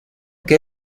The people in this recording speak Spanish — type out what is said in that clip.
que